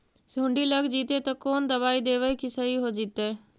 सुंडी लग जितै त कोन दबाइ देबै कि सही हो जितै?